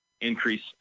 increase